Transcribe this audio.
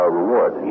reward